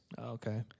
Okay